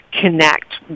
connect